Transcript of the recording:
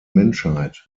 menschheit